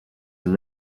and